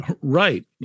Right